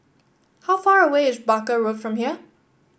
how far away is Barker Road from here